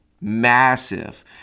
Massive